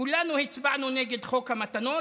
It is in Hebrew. כולנו הצבענו נגד חוק המתנות.